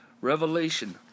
Revelation